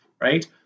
right